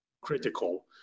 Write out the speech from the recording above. critical